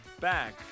back